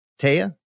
Taya